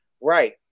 right